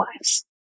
lives